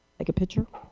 like a picture?